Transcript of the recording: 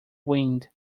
wind